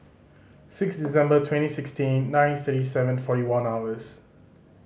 six December twenty sixteen nine thirty seven forty one hours